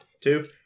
two